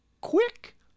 quick